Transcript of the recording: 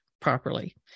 properly